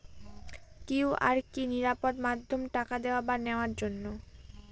QR কি নিরাপদ মাধ্যম টাকা দেওয়া বা নেওয়ার জন্য?